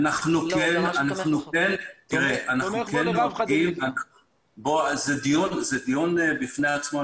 זה דיון בפני עצמו.